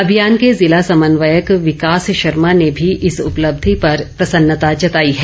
अभियान के जिला समन्वयक विकास शर्मा ने भी इस उपलब्धि पर प्रसन्नता जताई है